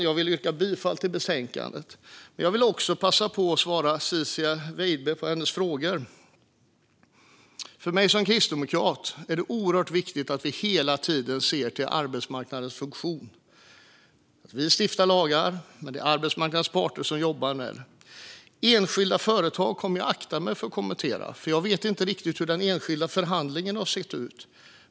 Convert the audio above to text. Jag yrkar bifall till förslaget i betänkandet. Jag vill också passa på att svara på Ciczie Weidbys frågor. För mig som kristdemokrat är det oerhört viktigt att vi hela tiden ser till arbetsmarknadens funktion. Vi stiftar lagar, men det är arbetsmarknadens parter som jobbar med dem. Enskilda företag aktar jag mig för att kommentera, för jag vet inte riktigt hur den enskilda förhandlingen har sett ut.